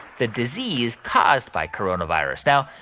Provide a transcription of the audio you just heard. the disease caused by coronavirus. now,